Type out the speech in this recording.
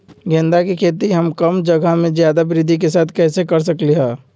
गेंदा के खेती हम कम जगह में ज्यादा वृद्धि के साथ कैसे कर सकली ह?